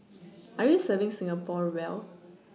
are you serving Singapore well